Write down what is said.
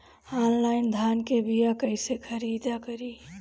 Online धान के बीया कइसे खरीद करी?